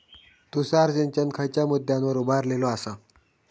तुषार सिंचन खयच्या मुद्द्यांवर उभारलेलो आसा?